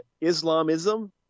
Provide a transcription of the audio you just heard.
Islamism